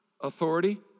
authority